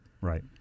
Right